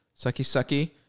sucky-sucky